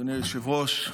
אדוני היושב-ראש,